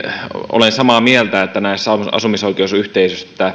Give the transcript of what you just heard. olen samaa mieltä että näissä asumisoikeusyhteisöissä tätä